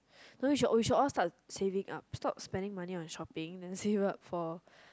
no we should should all start saving up stop spending money on shopping then save it up for